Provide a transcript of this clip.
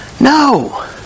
No